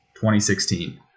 2016